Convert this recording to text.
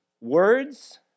words